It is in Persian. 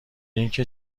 اینکه